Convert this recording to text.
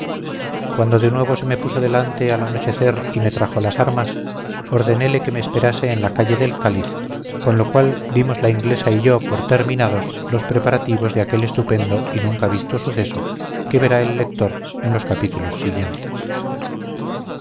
cuando de nuevo se me puso delante al anochecer y me trajo las armas ordenele que me esperase en la calle del cáliz con lo cual dimos la inglesa y yo por terminados los preparativos de aquel estupendo y nunca visto suceso que verá el lector en los capítulos siguientes